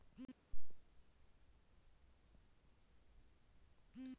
পুরো প্রসেস মেনে মদ বানানো হয়